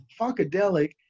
funkadelic